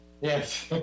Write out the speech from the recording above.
Yes